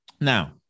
Now